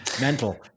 mental